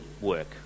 work